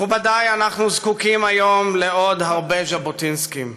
מכובדי, אנחנו זקוקים היום לעוד הרבה ז'בוטינסקים,